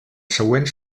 següent